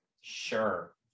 Sure